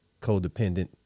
codependent